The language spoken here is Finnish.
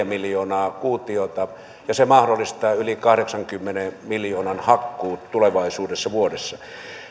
miljoonaa kuutiota ja se mahdollistaa yli kahdeksankymmenen miljoonan hakkuut vuodessa tulevaisuudessa